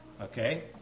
Okay